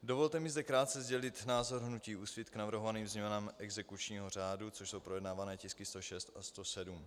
Dovolte mi zde krátce sdělit názor hnutí Úsvit k navrhovaným změnám exekučního řádu, což jsou projednávané tisky 106 a 107.